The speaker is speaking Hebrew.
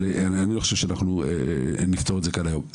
אבל לא נפתור את זה כאן היום.